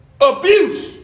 Abuse